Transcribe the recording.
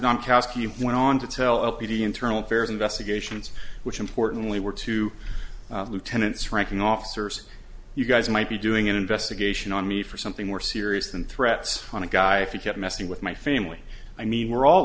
finished went on to tell a pretty internal affairs investigations which importantly were to lieutenants ranking officers you guys might be doing an investigation on me for something more serious than threats on a guy who kept messing with my family i mean we're all